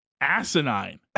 asinine